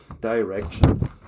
direction